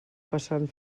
passant